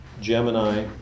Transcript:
Gemini